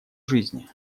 жизни